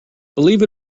believe